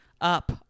up